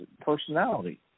personality